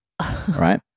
right